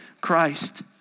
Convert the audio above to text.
Christ